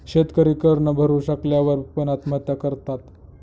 शेतकरी कर न भरू शकल्या वर पण, आत्महत्या करतात